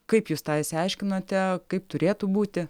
kaip jūs tą išsiaiškinote kaip turėtų būti